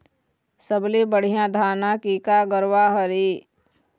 सबले बढ़िया धाना के का गरवा हर ये?